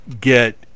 get